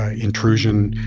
ah intrusion.